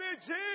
Jesus